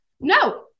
no